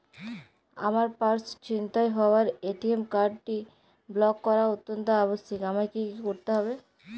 আমার পার্স ছিনতাই হওয়ায় এ.টি.এম কার্ডটি ব্লক করা অত্যন্ত আবশ্যিক আমায় কী কী করতে হবে?